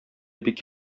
бик